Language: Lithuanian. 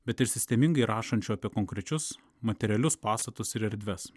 bet ir sistemingai rašančių apie konkrečius materialius pastatus ir erdves